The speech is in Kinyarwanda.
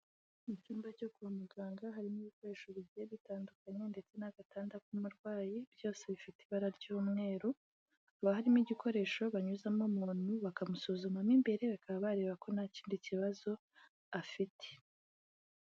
Mu cyumba cyo kwa muganga harimo ibikoresho bigenda bitandukanye ndetse n'agatanda k'umurwayi byose bifite ibara ry'umweru, hakaba harimo igikoresho banyuzamo umuntu bakamusuzumamo imbere bakaba bareba ko nta kindi kibazo afite.